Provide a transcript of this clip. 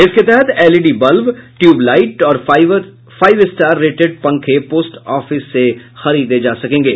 इसके तहत LED bulb tubelight और फाइव स्टार रेटेड पंखे पोस्ट ऑफिस से खरीदे जा सकेंगे